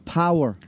power